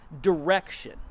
direction